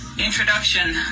introduction